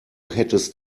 hättest